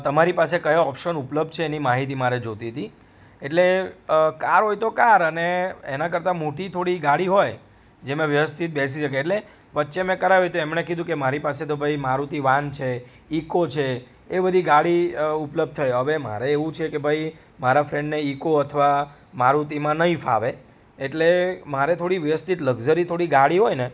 તમારી પાસે કયો ઓપ્શન ઉપલબ્ધ છે એની માહિતી મારે જોઈતી હતી એટલે કાર હોય તો કાર અને એના કરતાં મોટી થોડી ગાડી હોય જેમાં વ્યવસ્થિત બેસી શકે એટલે વચ્ચે મેં કરાયું હતું એમણે કીધું કે મારી પાસે તો ભાઈ મારુતિ વાન છે ઇકો છે એ બધી ગાડી ઉપલબ્ધ છે હવે મારે એવું છેકે ભાઈ મારા ફ્રેન્ડને ઇકો અથવા મારુતિમાં નહીં ફાવે એટલે મારે થોડી વ્યવસ્થિત લગઝરી થોડી ગાડી હોયને